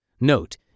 Note